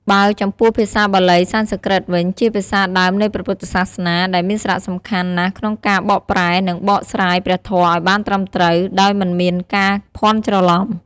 បើចំពោះ ភាសាបាលី-សំស្ក្រឹតវិញ ជាភាសាដើមនៃព្រះពុទ្ធសាសនា ដែលមានសារៈសំខាន់ណាស់ក្នុងការបកប្រែ និងបកស្រាយព្រះធម៌ឱ្យបានត្រឹមត្រូវ ដោយមិនមានការភាន់ច្រឡំ។